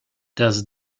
das